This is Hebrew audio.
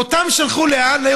ואותם שלחו לאן?